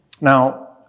Now